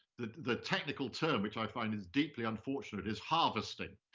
the the technical term, which i find is deeply unfortunate, is harvesting,